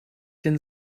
den